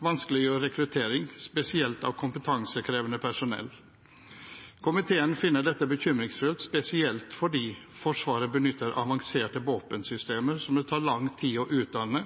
vanskeliggjør rekruttering, spesielt av kompetansekrevende personell. Komiteen finner dette bekymringsfullt, spesielt fordi Forsvaret benytter avanserte våpensystemer som det tar lang tid å utdanne